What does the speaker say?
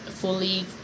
fully